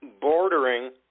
bordering